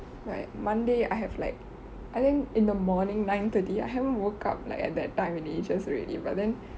like monday I have like I think in the morning nine thirty I haven't woke up like at that time in ages already but then